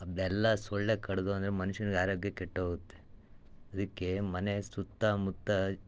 ಅದೆಲ್ಲ ಸೂಳ್ಳೆ ಕಡ್ದೋ ಅಂದರೆ ಮನುಷ್ಯನಿಗೆ ಆರೋಗ್ಯ ಕೆಟ್ಟು ಹೋಗುತ್ತೆ ಅದಕ್ಕೆ ಮನೆ ಸುತ್ತಮುತ್ತ